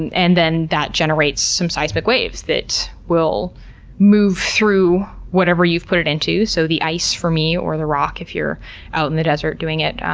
and then that generates some seismic waves that will move through whatever you've put it into. so the ice, for me, or the rock if you're out in the desert doing it,